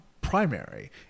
primary